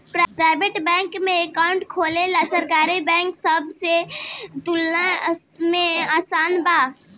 private bank में account खोलल सरकारी बैंक सब के तुलना में आसान बा